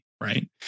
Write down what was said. right